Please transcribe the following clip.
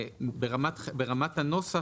ברמת הנוסח,